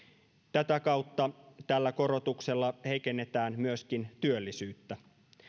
tätä kautta tällä korotuksella heikennetään myöskin työllisyyttä